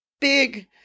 big